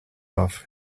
off